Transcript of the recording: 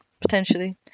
potentially